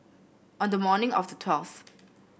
on the morning of the twelfth